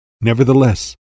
Nevertheless